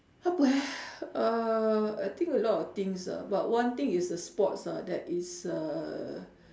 apa eh uhh I think a lot of things ah but one thing is a sports ah that is uh